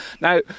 Now